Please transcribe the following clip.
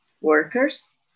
workers